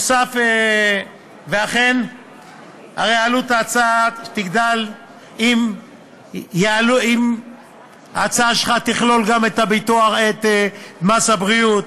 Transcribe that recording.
ואכן עלות ההצעה תגדל אם ההצעה שלך תכלול גם את מס הבריאות.